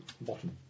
bottom